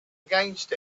against